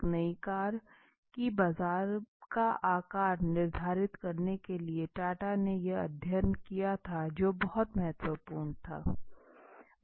एक नई कार की बाजार का आकार निर्धारित करने के लिए टाटा ने यह अध्ययन किया था जो बहुत महत्वपूर्ण था